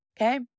okay